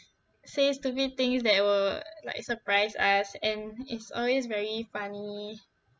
say stupid things that will like surprise us and it's always very funny